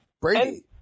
Brady